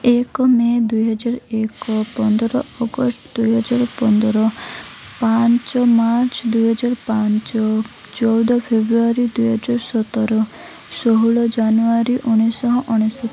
ଏକ ମେ ଦୁଇହଜାର ଏକ ପନ୍ଦର ଅଗଷ୍ଟ ଦୁଇହଜାର ପନ୍ଦର ପାଞ୍ଚ ମାର୍ଚ୍ଚ ଦୁଇହଜାର ପାଞ୍ଚ ଚଉଦ ଫେବୃଆରୀ ଦୁଇହଜାର ସତର ଷୋହଳ ଜାନୁଆରୀ ଉଣେଇଶହ ଅନେଶତ